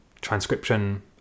transcription